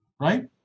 right